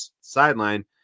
sideline